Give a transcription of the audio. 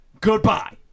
Goodbye